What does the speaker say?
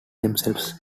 themselves